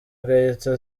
agahita